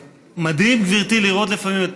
מדאיג, גברתי, לראות לפעמים את